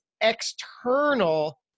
external